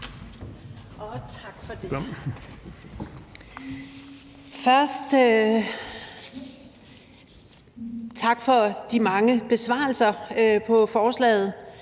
tak for de mange besvarelser og